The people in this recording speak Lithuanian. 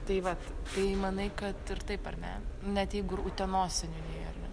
tai vat tai manai kad ir taip ar ne net jeigu ir utenos seniūnijoj ar ne